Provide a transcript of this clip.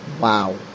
Wow